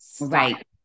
Right